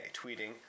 tweeting